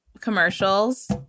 commercials